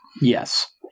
Yes